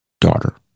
daughter